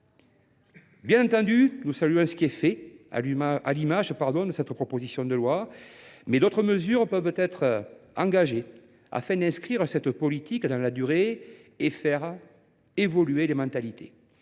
Bien entendu, nous saluons ce qui est fait, à l’image de cette proposition de loi. Mais d’autres mesures peuvent être engagées afin d’inscrire cette politique dans la durée et de faire évoluer les mentalités.